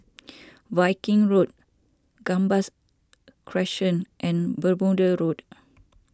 Viking Road Gambas Crescent and Bermuda Road